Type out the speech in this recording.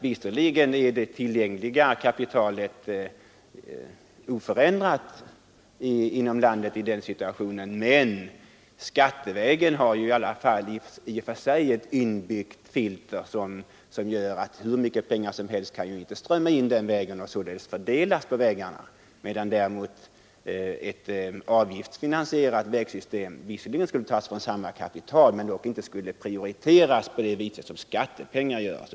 Visserligen är det tillgängliga kapitalet inom landet i den situationen oförändrat, men skattevägen har i och för sig ett inbyggt filter som gör att hur mycket pengar som helst inte kan strömma in där och således fördelas på vägarna. Pengarna till ett avgiftsfinansierat vägsystem skulle visserligen tas ur samma kapital men inte prioriteras på det sätt som gäller för skattepengar.